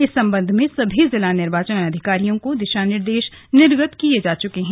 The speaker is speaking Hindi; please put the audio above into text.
इस संबंध में सभी जिला निर्वाचन अधिकारियों को दिशा निर्देश निर्गत किए जा चुके हैं